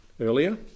earlier